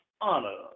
honor